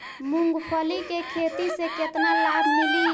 मूँगफली के खेती से केतना लाभ मिली?